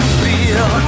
feel